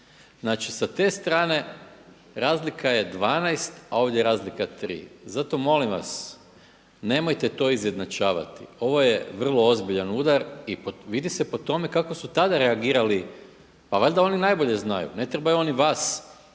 Znači sa te strane razlika je 12, a ovdje je razlika 3. Zato molim vas, nemojte to izjednačavati, ovo je vrlo ozbiljan udar i vidi se po tome kako su tada reagirali. Pa valjda oni najbolje znaju. Ne trebaju oni vas